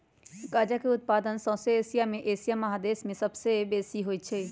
गजा के उत्पादन शौसे दुनिया में एशिया महादेश में सबसे बेशी होइ छइ